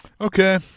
Okay